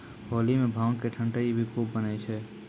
होली मॅ भांग के ठंडई भी खूब बनै छै